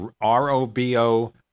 R-O-B-O